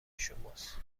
شماست